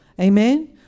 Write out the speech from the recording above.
Amen